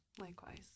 Likewise